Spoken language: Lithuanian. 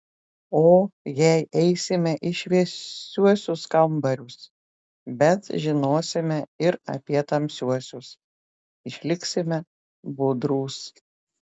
o jei eisime į šviesiuosius kambarius bet žinosime ir apie tamsiuosius išliksime budrūs